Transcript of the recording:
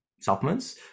supplements